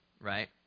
right